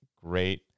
great